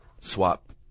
swap